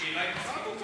שיעבור לכלכלה.